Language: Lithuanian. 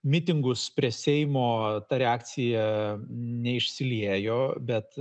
mitingus prie seimo ta reakcija neišsiliejo bet